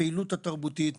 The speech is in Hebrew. לפעילות התרבותית,